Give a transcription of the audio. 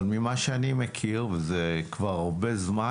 אבל ממה שאני מכיר וזה כבר הרבה זמן